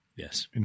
Yes